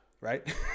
right